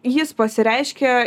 jis pasireiškia